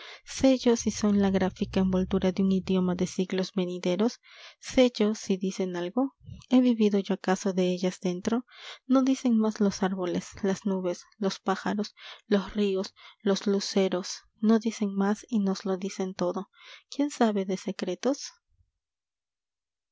yo si son la gráfica envoltura de un idioma de siglos venideros sé yo si dicen algo he vivido yo acaso de ellas dentro no dicen más los árboles las nubes los pájaros los ríos los luceros no dicen más y nos lo dicen todo quién sabe de secretos